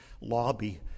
lobby